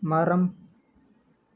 மரம்